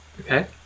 Okay